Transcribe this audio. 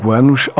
anos